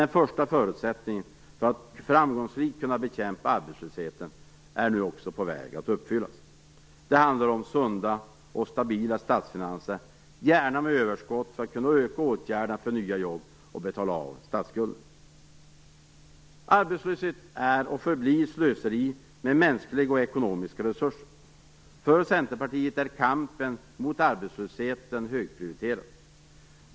Den första förutsättningen för att framgångsrikt kunna bekämpa arbetslösheten är nu på väg att uppfyllas. Det handlar om att ha sunda och stabila statsfinanser, gärna med överskott för att kunna öka åtgärderna för nya jobb och betala av statsskulden. Arbetslöshet är och förblir slöseri med mänskliga och ekonomiska resurser. För Centerpartiet är kampen mot arbetslösheten högprioriterad.